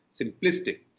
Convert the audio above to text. simplistic